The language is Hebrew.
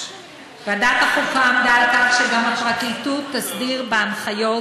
ועדת החוקה עמדה על כך שגם הפרקליטות תסדיר בהנחיות